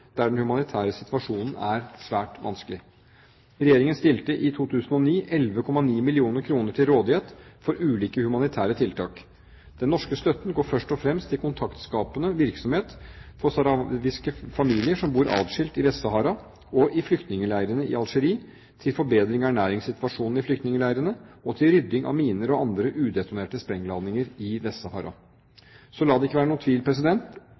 der den humanitære situasjonen er svært vanskelig. Regjeringen stilte i 2009 11,9 mill. kr til rådighet for ulike humanitære tiltak. Den norske støtten går først og fremst til kontaktskapende virksomhet for sahrawiske familier som bor atskilt i Vest-Sahara og i flyktningleirene i Algerie, til forbedring av ernæringssituasjonen i flyktningleirene og til rydding av miner og andre udetonerte sprengladninger i Vest-Sahara. Så la det ikke være noen tvil: